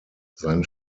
sein